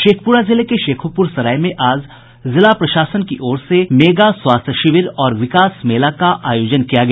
शेखपुरा जिले के शेखोपुर सराय में आज जिला प्रशासन की ओर से मेगा स्वास्थ्य शिविर और विकास मेला का आयोजन किया गया